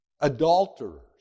adulterers